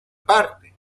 parte